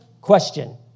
Question